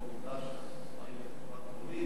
מוזמן לחתונה הערב,